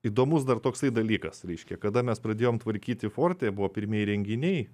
įdomus dar toksai dalykas reiškia kada mes pradėjom tvarkyti fortą ir buvo pirmieji renginiai